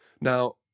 Now